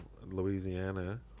louisiana